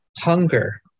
Hunger